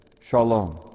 Shalom